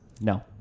No